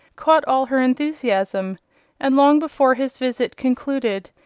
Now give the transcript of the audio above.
caught all her enthusiasm and long before his visit concluded,